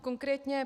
Konkrétně: